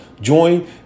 join